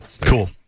Cool